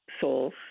souls